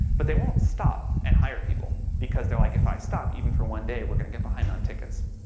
but they won't stop and hire people, because they're like, if i stop, even for one day, we're going to get behind on tickets.